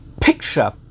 picture